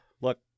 Look